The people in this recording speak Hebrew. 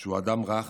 הוא אדם רך,